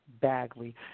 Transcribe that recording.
Bagley